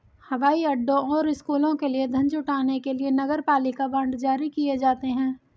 हवाई अड्डों और स्कूलों के लिए धन जुटाने के लिए नगरपालिका बांड जारी किए जाते हैं